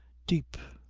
deep,